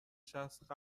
شخص